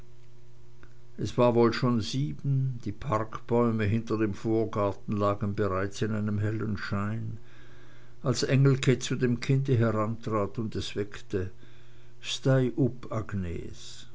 es war wohl schon sieben die parkbäume hinter dem vorgarten lagen bereits in einem hellen schein als engelke zu dem kinde herantrat und es weckte steih upp agnes